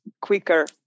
quicker